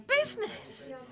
business